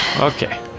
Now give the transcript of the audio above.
Okay